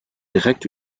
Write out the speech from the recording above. direkt